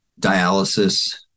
dialysis